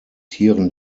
tieren